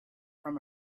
from